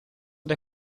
dai